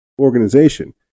organization